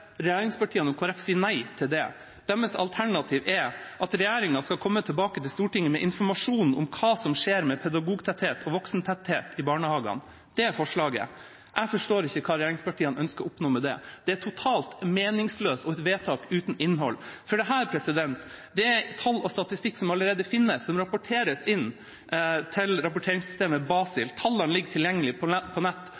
Regjeringspartiene og Kristelig Folkeparti sier nei til det. Deres alternativ er at regjeringa skal komme tilbake til Stortinget med informasjon om hva som skjer med pedagogtetthet og voksentetthet i barnehagene. Det er forslaget. Jeg forstår ikke hva regjeringspartiene ønsker å oppnå med det. Det er totalt meningsløst og et forslag til vedtak uten innhold, for dette er tall og statistikk som allerede finnes, som rapporteres inn til rapporteringssystemet